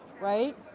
right?